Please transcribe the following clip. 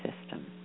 system